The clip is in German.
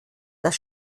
das